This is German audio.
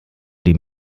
die